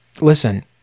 listen